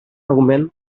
augment